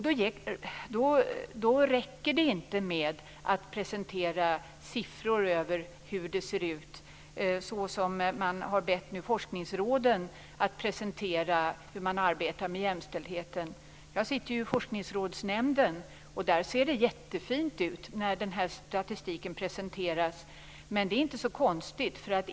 Det räcker inte med att presentera siffror på hur det ser ut och hur man arbetar med jämställdheten, som man nu har bett forskningsråden göra. Jag sitter i Forskningsrådsnämnden. Där ser det jättefint ut när statistiken presenteras, men det är inte så konstigt.